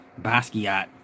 Basquiat